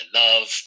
love